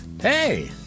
Hey